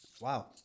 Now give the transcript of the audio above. Wow